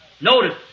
Notice